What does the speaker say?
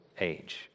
age